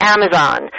Amazon